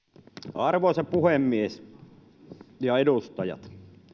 arvoisa puhemies ja edustajat